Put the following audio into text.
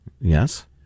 Yes